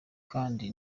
kandi